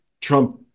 Trump